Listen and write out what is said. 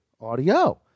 audio